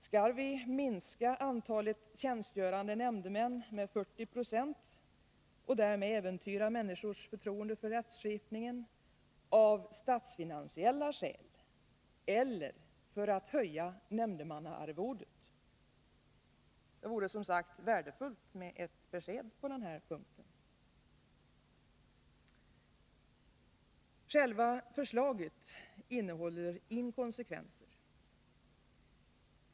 Skall vi minska antalet tjänstgörande nämndemän med 40 26 och därmed äventyra människors förtroende för rättskipningen av statsfinansiella skäl eller för att höja nämndemannaarvodet? Det vore som sagt värdefullt med ett besked på den här punkten. Själva förslaget innehåller inkonsekvenser.